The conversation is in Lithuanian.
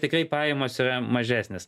tikrai pajamos yra mažesnės